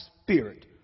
spirit